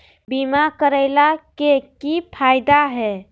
बीमा करैला के की फायदा है?